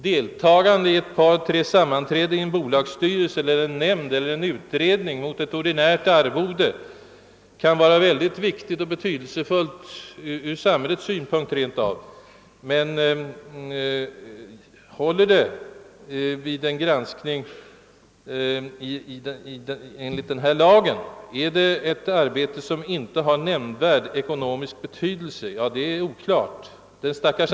Deltagande i ett par tre sammanträden i en bolagsstyrelse, nämnd eller utredning mot ordinärt arvode kan vara mycket viktigt och betydelsefullt även ur samhällets synpunkt, men håller det som tillåtet arbete vid en granskning enligt denna lag? Är det ett arbete som inte har nämnvärd ekonomisk betydelse? Det är oklart.